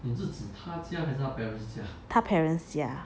他 parents 家